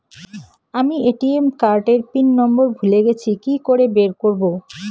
আমি ATM card এর PIN number ভুলে গেছি কি করে বের করব?